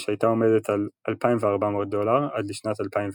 הייתה עומדת על 2,400 דולר עד לשנת 2010